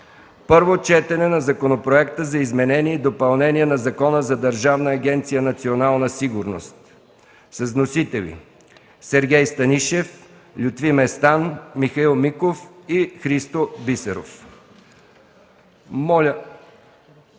Първо четене на Законопроекта за изменение и допълнение на Закона за Държавна агенция „Национална сигурност”. Вносители – Сергей Станишев, Лютви Местан, Михаил Миков и Христо Бисеров.” Моля,